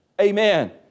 Amen